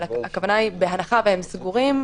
אבל בהנחה שהם סגורים,